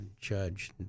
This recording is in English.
Judge